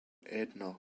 edna